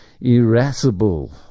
irascible